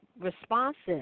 responsive